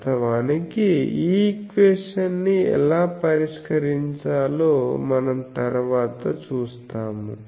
వాస్తవానికి ఈ ఈక్వేషన్ ని ఎలా పరిష్కరించాలో మనం తరువాత చూస్తాము